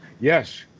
Yes